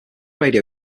radio